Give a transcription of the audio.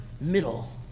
middle